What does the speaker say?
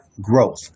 growth